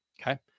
Okay